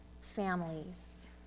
families